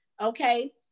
Okay